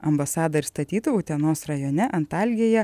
ambasada ir statyta utenos rajone antalgėje